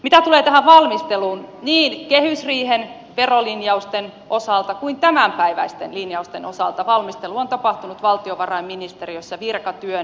mitä tulee tähän valmisteluun niin kehysriihen verolinjausten osalta kuin tämänpäiväistenkin linjausten osalta valmistelu on tapahtunut valtiovarainministeriössä virkatyönä